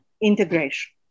integration